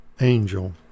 Angel